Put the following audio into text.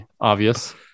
obvious